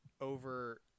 over